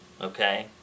okay